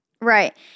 Right